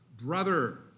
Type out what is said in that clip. brother